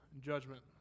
judgment